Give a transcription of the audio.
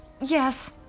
Yes